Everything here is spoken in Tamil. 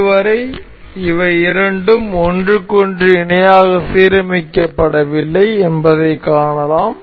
இதுவரை இவை இரண்டும் ஒன்றுக்கொன்று இணையாக சீரமைக்கப்படவில்லை என்பதைக் காணலாம்